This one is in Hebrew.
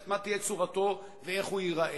מה תהיה צורתו ואיך הוא ייראה.